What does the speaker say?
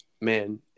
man